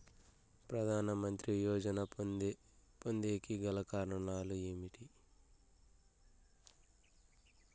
ప్రధాన మంత్రి యోజన పొందేకి గల అర్హతలు ఏమేమి?